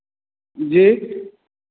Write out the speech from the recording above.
जी